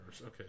okay